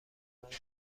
منظره